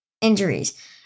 injuries